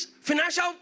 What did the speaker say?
financial